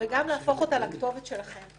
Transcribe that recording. וגם להפוך אותה לכתובת שלכם.